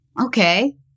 okay